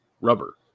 rubber